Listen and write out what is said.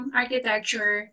architecture